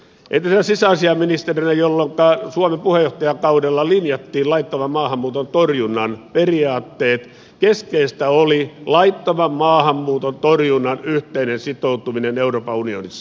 entisenä sisäasiainministerinä jolloinka suomen puheenjohtajakaudella linjattiin laittoman maahanmuuton torjunnan periaatteet keskeistä oli laittoman maahanmuuton torjunnan yhteinen sitoutuminen euroopan unionissa